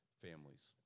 families